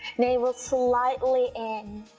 navel slightly in,